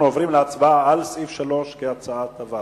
אנחנו עוברים להצבעה על סעיף 3 כהצעת הוועדה.